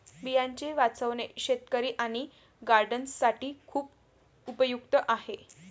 बियांचे वाचवणे शेतकरी आणि गार्डनर्स साठी खूप उपयुक्त आहे